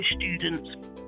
students